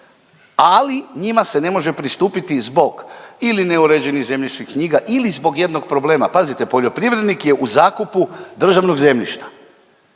ali njima se ne može pristupiti zbog ili neuređenih zemljišnih knjiga ili zbog jednog problema. Pazite, poljoprivrednik je u zakupu državnog zemljišta